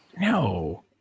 No